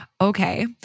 Okay